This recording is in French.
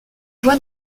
voit